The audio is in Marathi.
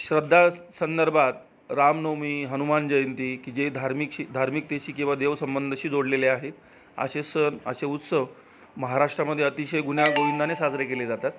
श्रद्धासंदर्भात रामनवमी हनुमान जयंती की जे धार्मिकशी धार्मिकतेशी किंवा देवसंबंधशी जोडलेले आहेत असे सण असे उत्सव महाराष्ट्रामध्ये अतिशय गुण्यागोविंंदाने साजरे केले जातात